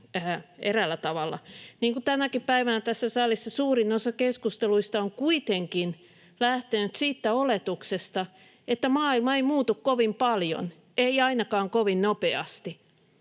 eräällä tavalla, niin kuin tänäkin päivänä tässä salissa suurin osa keskusteluista on kuitenkin lähtenyt siitä oletuksesta, että maailma ei muutu kovin paljon, ei ainakaan kovin nopeasti.